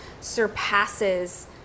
surpasses